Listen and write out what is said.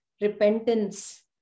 repentance